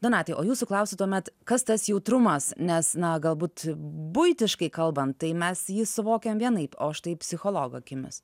donatai o jūsų klausiu tuomet kas tas jautrumas nes na galbūt buitiškai kalbant tai mes jį suvokiam vienaip o štai psichologo akimis